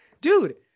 Dude